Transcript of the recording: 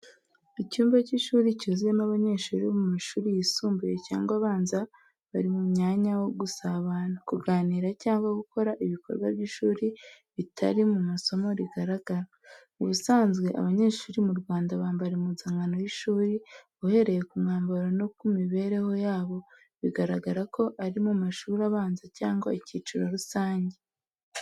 Icyumba cy’ishuri cyuzuyemo abanyeshuri bo mu mashuri yisumbuye cyangwa abanza, bari mu mwanya wo gusabana, kuganira cyangwa gukora ibikorwa by’ishuri bitari mu isomo rigaragara. Ubusanzwe abanyeshuri mu Rwanda bambara impuzankano y’ishuri. Uhereye ku mwambaro no ku mibereho yabo, bigaragara ko ari mu mashuri abanza cyangwa icyiciro rusange.